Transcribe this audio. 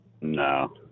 No